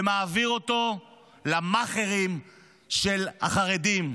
ומעביר אותו למאכערים של החרדים,